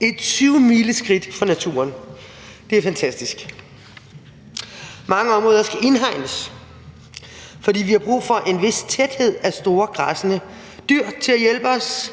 et syvmileskridt for naturen. Det er fantastisk. Mange områder skal indhegnes, for vi har brug for en vis tæthed af store græssende dyr til at hjælpe os.